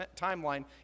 timeline